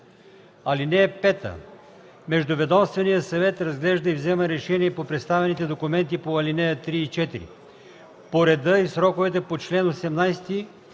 (5) Междуведомственият съвет разглежда и взема решение по представените документи по алинеи 3 и 4 по реда и в сроковете по чл. 18,